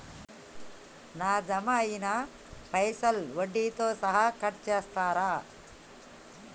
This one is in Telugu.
నా జమ అయినా పైసల్ వడ్డీతో సహా కట్ చేస్తరా?